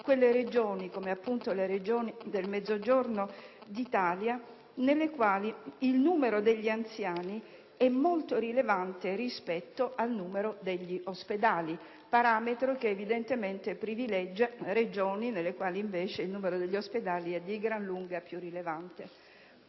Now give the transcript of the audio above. Regioni, come quelle del Mezzogiorno d'Italia, nelle quali il numero degli anziani è molto rilevante rispetto al numero degli ospedali, parametro che evidentemente privilegia Regioni nelle quali, invece, il numero degli ospedali è di gran lunga più rilevante.